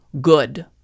good